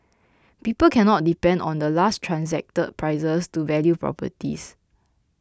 people cannot depend on the last transacted prices to value properties